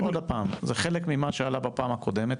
זה חלק ממה שעלה בפעם הקודמת,